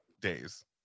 days